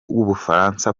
w’ubufaransa